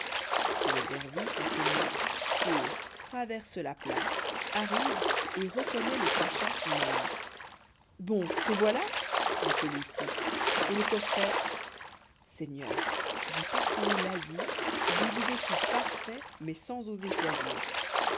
le dervis à ces mots court traverse la place arrive et reconnoît le pacha son ami bon te voilà dit celui-ci et le coffret seigneur j'ai parcouru l'asie j'ai vu des fous parfaits mais sans oser choisir